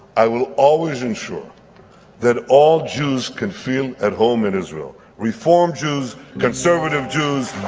i will always ensure that all jews can feel at home in israel. reform jews, conservative jews,